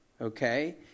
okay